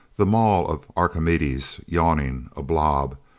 the maw of archimedes yawning. a blob.